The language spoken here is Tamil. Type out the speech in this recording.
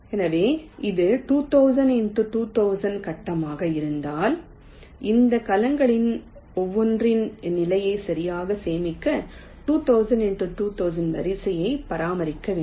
எனவே இது 2000 x 2000 கட்டமாக இருந்தால் இந்த கலங்களின் ஒவ்வொன்றின் நிலையை சரியாக சேமிக்க 2000 x 2000 வரிசையை பராமரிக்க வேண்டும்